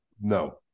no